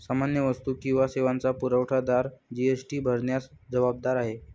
सामान्य वस्तू किंवा सेवांचा पुरवठादार जी.एस.टी भरण्यास जबाबदार आहे